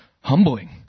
humbling